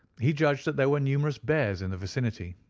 he judged that there were numerous bears in the vicinity.